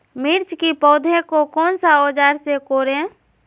मिर्च की पौधे को कौन सा औजार से कोरे?